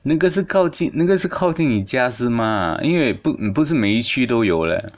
那个是靠近那个是靠近你家是吗因为不不是每一区都有 leh